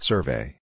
Survey